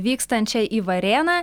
vykstančią į varėną